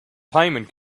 payment